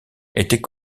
était